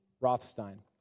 Rothstein